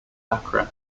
accra